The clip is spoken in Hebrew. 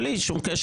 בלי שום קשר,